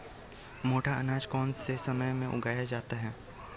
मोटा अनाज कौन से समय में उगाया जाता है?